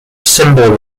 symbol